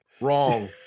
Wrong